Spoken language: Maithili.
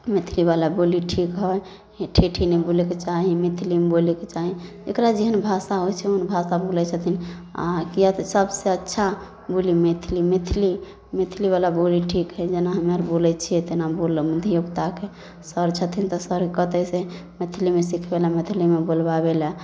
मैथिलीवला बोली ठीक हइ ठेठी नहि बोलैके चाही मैथिलीमे बोलैके चाही जकरा जेहन भाषा अबै छै ओहन भाषा बोलै छथिन आँ किएक तऽ सबसे अच्छा बोली मैथिली मैथिली मैथिलीवला बोली ठीक हइ जेना हमे आर बोलै छिए तेना बोलब धिओपुताके सर छथिन तऽ सर कहतै से मैथिलीमे सिखबैलए मैथिलीमे बोलबाबैलए